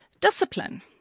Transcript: discipline